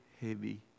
heavy